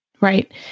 Right